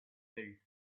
built